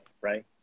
right